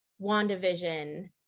WandaVision